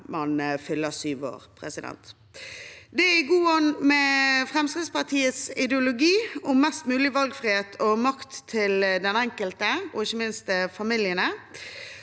man fyller syv år. Det er i god ånd med Fremskrittspartiets ideologi om mest mulig valgfrihet og makt til den enkelte, og ikke minst til familiene.